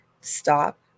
stop